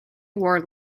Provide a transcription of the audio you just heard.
war